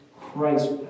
Christ